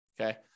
Okay